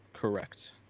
correct